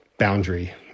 boundary